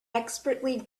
expertly